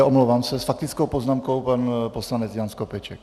Omlouvám se, s faktickou poznámkou pan poslanec Jan Skopeček.